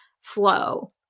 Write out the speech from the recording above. flow